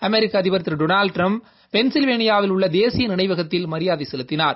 அமெரிக்க அதிபர் திரு Donald Trump பென்சில்வேளியாவில் உள்ள தேசிய நினைவகத்தில் மரியாதை செலுத்தினார்